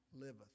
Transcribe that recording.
liveth